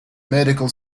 medical